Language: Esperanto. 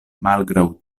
malgraŭ